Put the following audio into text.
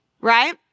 right